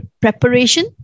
preparation